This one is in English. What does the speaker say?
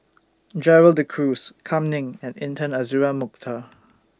Gerald De Cruz Kam Ning and Intan Azura Mokhtar